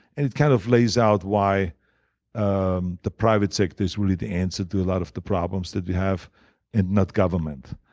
and it kind of lays out why um the private sector is really the answer to a lot of problems that we have and not government.